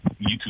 YouTube